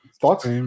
Thoughts